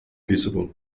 visible